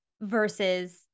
versus